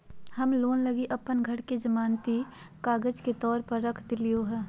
हम लोन लगी अप्पन घर के जमानती कागजात के तौर पर रख देलिओ हें